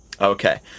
Okay